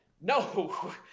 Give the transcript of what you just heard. no